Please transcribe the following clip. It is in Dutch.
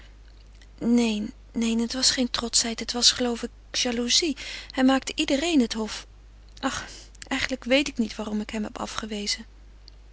neen neen het was geen trotschheid het was geloof ik jaloezie hij maakte iedereen het hof ach eigenlijk weet ik niet waarom ik hem heb afgewezen